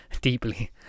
deeply